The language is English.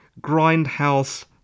grindhouse